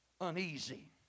uneasy